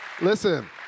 Listen